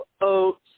oats